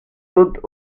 hautes